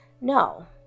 No